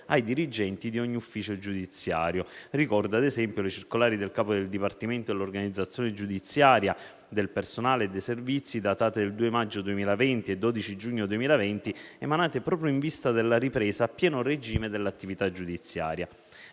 ai dirigenti di ogni ufficio giudiziario. Ricordo, ad esempio, le circolari del capo del dipartimento dell'organizzazione giudiziaria, del personale e dei servizi, datate 2 maggio 2020 e 12 giugno 2020, emanate proprio in vista della ripresa a pieno regime dell'attività giudiziaria.